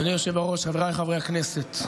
אדוני היושב-ראש, חבריי חברי הכנסת,